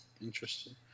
interesting